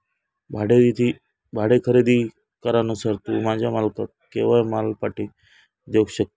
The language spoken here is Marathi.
भाडे खरेदी करारानुसार तू तुझ्या मालकाक केव्हाय माल पाटी देवक शकतस